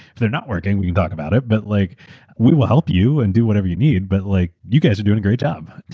not working, we talk about it. but like we will help you and do whatever you need, but like you guys are doing a great job.